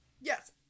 yes